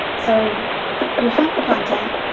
so you have the content,